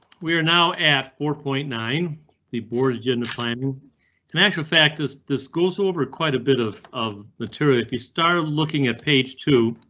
we are now at four point nine the board agenda. planning an actual fact is the school's over quite a bit of of material. he started looking at page two.